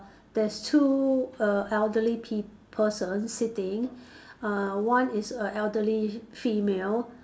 there's two err elderly peop~ person sitting uh one is a elderly female